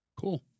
Cool